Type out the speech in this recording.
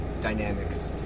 dynamics